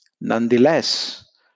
Nonetheless